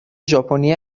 ژاپنی